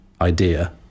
idea